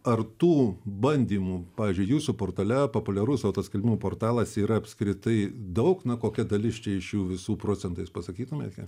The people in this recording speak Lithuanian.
ar tų bandymų pavyzdžiui jūsų portale populiarus autoskelbimų portalas yra apskritai daug na kokia dalis čia iš jų visų procentais pasakytumėt kiek